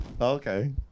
Okay